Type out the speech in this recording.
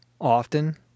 often